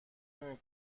نمی